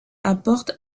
apporte